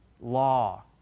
law